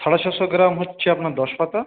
সাড়ে ছশো গ্রাম হচ্ছে আপনার দশ পাতা